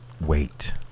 wait